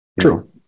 true